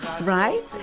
right